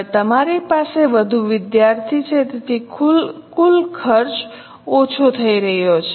હવે તમારી પાસે વધુ વિદ્યાર્થી છે તેથી કુલ ખર્ચ ઓછો થઈ રહ્યો છે